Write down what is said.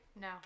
No